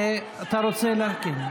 שר לענייני דיבורים.